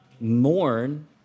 mourn